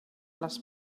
les